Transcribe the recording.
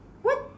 what